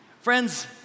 Friends